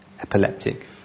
epileptic